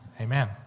Amen